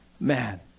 Man